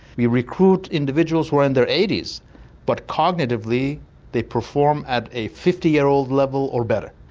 we recruit individuals who are in their eighty s but cognitively they perform at a fifty year old level or better,